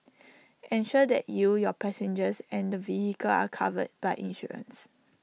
ensure that you your passengers and the vehicle are covered by insurance